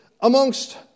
amongst